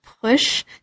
push